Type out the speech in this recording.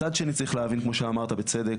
מצד שני צריך להבין כמו שאמרת בצדק,